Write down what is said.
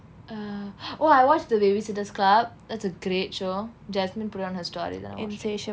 err oh I watched the babysitters club that's a great show jasmine put it on her story then I watched it